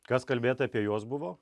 kas kalbėta apie juos buvo